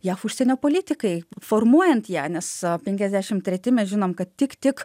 jav užsienio politikai formuojant ją nes penkiasdešim treti mes žinom kad tik tik